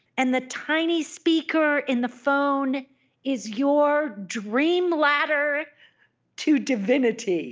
and the tiny speaker in the phone is your dream-ladder to divinity